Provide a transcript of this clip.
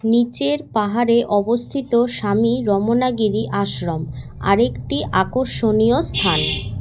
নীচের পাহাড়ে অবস্থিত স্বামী রমনাগিরি আশ্রম আরেকটি আকর্ষণীয় স্থান